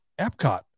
Epcot